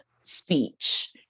speech